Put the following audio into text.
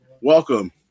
welcome